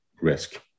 risk